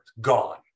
gone